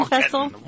Festival